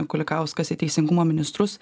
kulikauskas į teisingumo ministrus